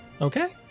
Okay